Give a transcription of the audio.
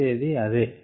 చేసేది అదే